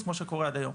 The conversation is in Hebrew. כמו שקורה עד היום.